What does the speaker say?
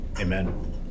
Amen